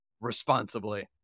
responsibly